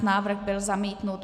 Návrh byl zamítnut.